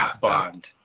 bond